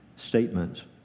statements